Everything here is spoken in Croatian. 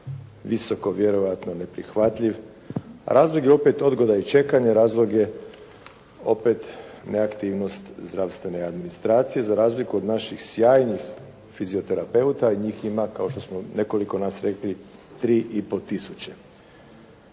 visoko vjerojatno neprihvatljiv, razlog je opet odgoda i čekanja, razlog je opet neaktivnost zdravstvene administracije za razliku od naših sjajnih fizioterapeuta i njih ima, kao što smo nekoliko nas rekli 3,5 tisuće.